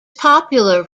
popular